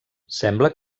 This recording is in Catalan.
sembla